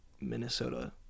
Minnesota